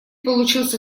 получился